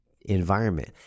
environment